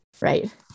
Right